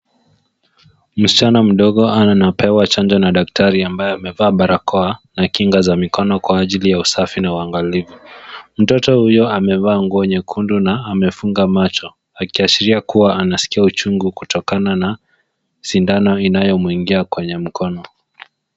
Msichana mdogo anapewa chanjo na daktari ambaye amevaa barakoa na kinga za mikono kwa ajili ya usafi na uangalifu. Mtoto huyo amevaa nguo nyekundu na amefunga macho akiashiria kuwa anaskia uchungu kutokana na sindano inayomwingia kwenye mkono.